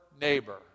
neighbor